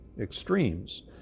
extremes